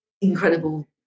incredible